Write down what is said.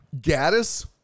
Gaddis